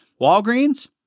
Walgreens